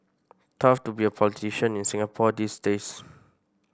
tough to be a politician in Singapore these days